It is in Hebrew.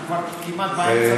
אנחנו כבר כמעט באמצע,